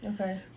okay